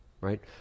right